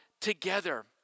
together